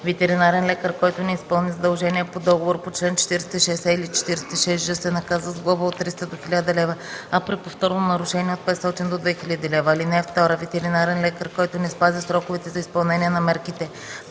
Ветеринарен лекар, който не изпълни задължение по договор по чл. 46е или чл. 46ж, се наказва с глоба от 300 до 1000 лв., а при повторно нарушение – от 500 до 2000 лв. (2) Ветеринарен лекар, който не спази сроковете за изпълнение на мерките